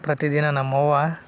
ಪ್ರತಿದಿನ ನಮ್ಮ ಅವ್ವ